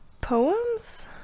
poems